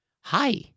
Hi